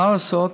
מה לעשות?